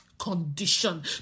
condition